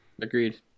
Agreed